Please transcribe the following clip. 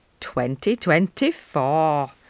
2024